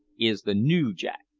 is the noo jack.